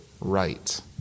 right